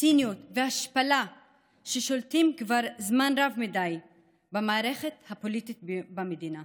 הציניות וההשפלה ששולטים כבר זמן רב מדי במערכת הפוליטית במדינה,